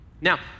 Now